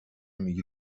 میگید